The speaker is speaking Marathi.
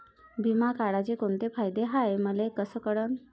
बिमा काढाचे कोंते फायदे हाय मले कस कळन?